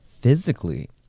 physically